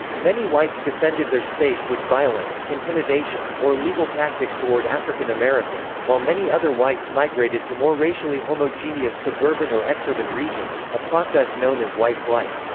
many whites defended their space with violence, intimidation, or legal tactics toward african americans, while many other whites migrated to more racially homogeneous suburban or exurban regions, a process known as white flight.